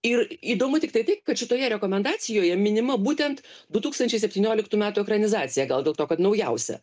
ir įdomu tiktai tai kad šitoje rekomendacijoje minima būtent du tūkstančiai septynioliktų metų ekranizacija gal dėl to kad naujausia